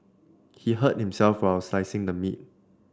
he hurt himself while slicing the meat